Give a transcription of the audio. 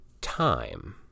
time